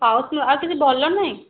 ହଉ ଆଉ କିଛି ଭଲ ନାହିଁ